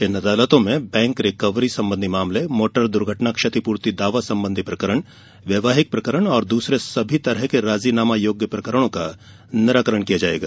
इन अदालतों में bank recovery संबंधी मामले मोटर दुर्घटना क्षतिपूर्ति दावा संबंधी प्रकरण वैवाहिक प्रकरण और दूसरे सभी तरह के राजीनामा योग्य प्रकरणों का निराकरण किया जायेगा